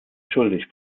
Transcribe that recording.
schuldig